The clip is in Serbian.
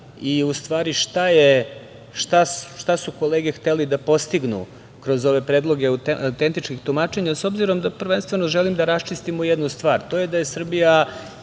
i u stvari šta su kolege htele da postignu kroz ove predloge autentičnih tumačenja, s obzirom da prvenstveno želim da raščistimo jednu stvar, a to je da je Srbija